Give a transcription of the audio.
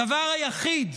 הדבר היחיד,